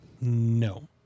No